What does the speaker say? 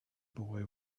boy